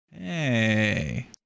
Hey